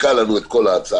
יתקע לנו את כל ההצעה.